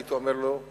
הייתי אומר לו: